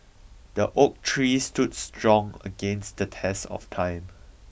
the oak tree stood strong against the test of time